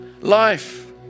life